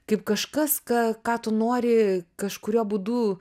kaip kažkas ką ką tu nori kažkuriuo būdu